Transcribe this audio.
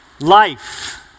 Life